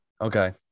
Okay